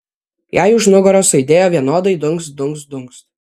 jai už nugaros aidėjo vienodai dunkst dunkst dunkst